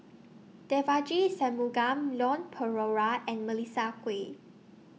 Devagi Sanmugam Leon Perera and Melissa Kwee